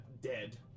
dead